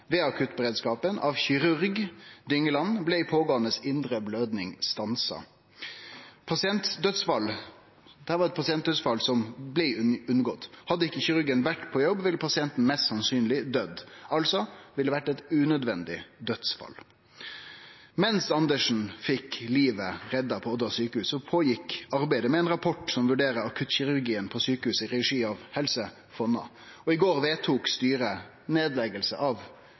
av kirurg Trond Dyngeland, blei den pågåande indre blødinga stansa. Dette var eit pasientdødsfall som blei unngått. Hadde ikkje kirurgen vore på jobb, ville pasienten mest sannsynleg døydd, altså ville det ha vore eit unødvendig dødsfall. Mens Andersen fekk livet redda på Odda sjukehus, arbeidde ein med ein rapport som vurderer akuttkirurgien på sjukehuset, i regi av Helse Fonna. Og i går vedtok styret nedlegging av